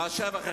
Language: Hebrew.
מס שבח,